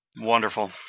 Wonderful